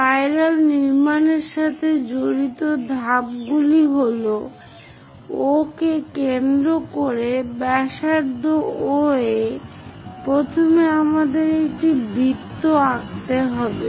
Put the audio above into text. spiral নির্মাণের সাথে জড়িত ধাপগুলো হল O কে কেন্দ্র এবং ব্যাসার্ধ OA প্রথমে আমাদের একটি বৃত্ত আঁকতে হবে